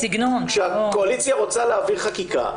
כשהקואליציה רוצה להעביר חקיקה,